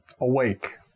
Awake